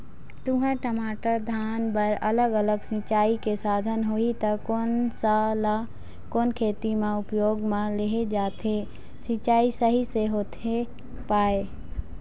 तुंहर, टमाटर, धान बर अलग अलग सिचाई के साधन होही ता कोन सा ला कोन खेती मा उपयोग मा लेहे जाथे, सिचाई सही से होथे पाए?